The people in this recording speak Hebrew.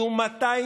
יהיו 200,